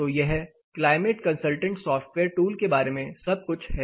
तो यह climate consultant software tool के बारे में सब कुछ है